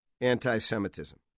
anti-Semitism